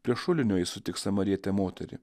prie šulinio jis sutiks samarietę moterį